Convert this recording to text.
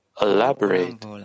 elaborate